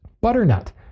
butternut